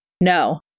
No